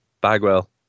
Bagwell